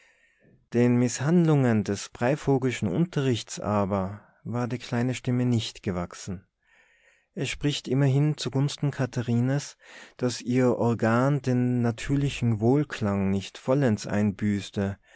den mißhandlungen des breivogelschen unterrichts aber war die kleine stimme nicht gewachsen es spricht immerhin zugunsten katharines daß ihr organ den natürlichen wohlklang nicht vollends einbüßte